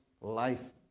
life